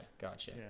Gotcha